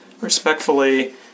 Respectfully